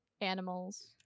Animals